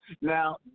Now